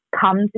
come